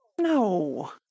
No